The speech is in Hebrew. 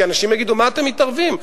כי אנשים יגידו: מה אתם מתערבים?